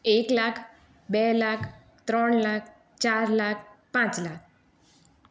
એક લાખ બે લાખ ત્રણ લાખ ચાર લાખ પાંચ લાખ